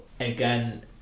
again